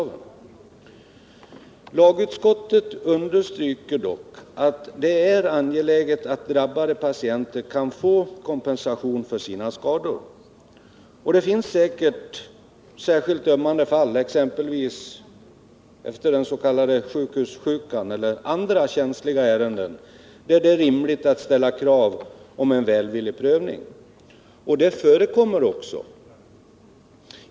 Lagutskottet understryker dock att det är angeläget att drabbade patienter kan få kompensation för sina skador. Det finns säkert särskilt ömmande fall — exempelvis den s.k. sjukhussjukan — eller andra känsliga ärenden, där det är rimligt att ställa krav på en välvillig prövning. Det förekommer också.